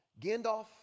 Gandalf